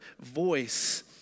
voice